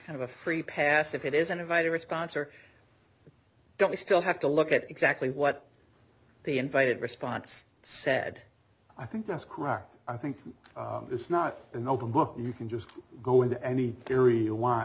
kind of a free pass if it is an invited response or don't we still have to look at exactly what the invited response said i think that's correct i think it's not an open book you can just go into any theory